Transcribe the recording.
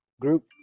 Group